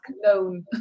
known